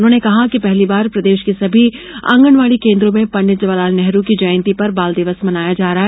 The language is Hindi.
उन्होंने कहा कि पहली बार प्रदेश के सभी आँगनवाड़ी केन्द्रों में पंडित जवाहरलाल नेहरू की जयंती पर बाल दिवस मनाया जा रहा है